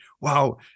wow